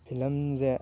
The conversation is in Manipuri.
ꯐꯤꯂꯝꯁꯦ